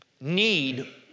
need